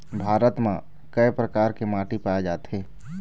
भारत म कय प्रकार के माटी पाए जाथे?